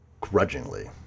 grudgingly